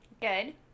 Good